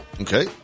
Okay